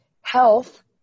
health